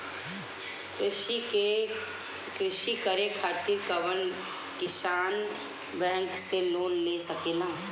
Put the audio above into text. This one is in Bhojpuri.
कृषी करे खातिर कउन किसान बैंक से लोन ले सकेला?